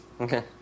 Okay